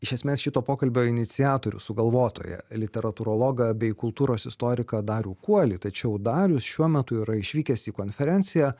iš esmės šito pokalbio iniciatorių sugalvotoją literatūrologą bei kultūros istoriką darių kuolį tačiau darius šiuo metu yra išvykęs į konferenciją